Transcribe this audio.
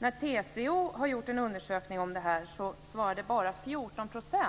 När TCO gjorde en undersökning om det här svarade bara 14 %